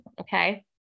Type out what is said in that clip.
Okay